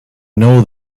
know